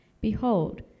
Behold